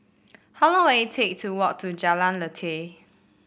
how long will it take to walk to Jalan Lateh